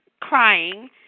crying